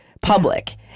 public